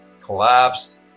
collapsed